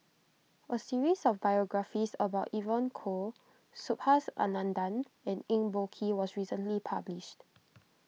a series of biographies about Evon Kow Subhas Anandan and Eng Boh Kee was recently published